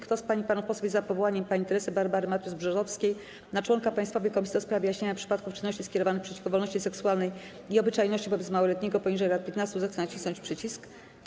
Kto z pań i panów posłów jest za powołaniem pani Teresy Barbary Matthews-Brzozowskiej na członka Państwowej Komisji do spraw wyjaśniania przypadków czynności skierowanych przeciwko wolności seksualnej i obyczajności wobec małoletniego poniżej lat 15, zechce nacisnąć przycisk.